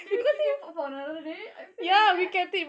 did we keep it for another day I feel like ya